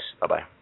Bye-bye